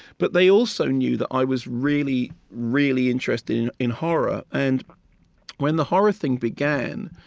but they also knew that i was really, really interested in in horror. and when the horror thing began,